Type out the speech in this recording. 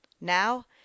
now